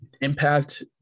Impact